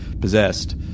possessed